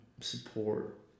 support